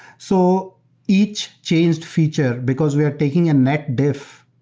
so each changed feature, because we are taking a net diff,